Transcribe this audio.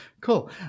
Cool